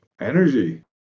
Energy